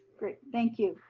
great, thank you,